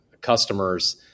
customers